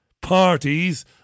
parties